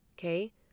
okay